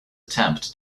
attempt